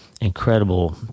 incredible